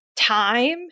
time